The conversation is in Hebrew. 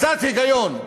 קצת היגיון,